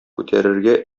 күтәрергә